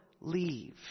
leave